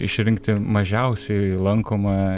išrinkti mažiausiai lankomą